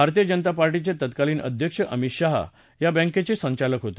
भारतीय जनता पार्टीचे तत्कालीन अध्यक्ष अमित शहा या बँकेचे संचालक होते